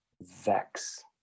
Vex